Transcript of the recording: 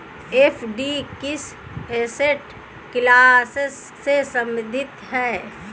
FD किस asset class से संबंधित है?